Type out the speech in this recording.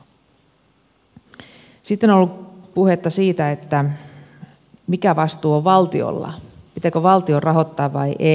sitten on ollut puhetta siitä mikä vastuu on valtiolla pitääkö valtion rahoittaa vai ei